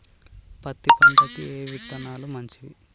పత్తి పంటకి ఏ విత్తనాలు మంచివి?